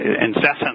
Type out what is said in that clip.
incessant